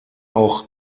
auch